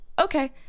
okay